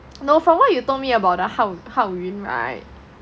no from what you told me about the hao hao yun [right]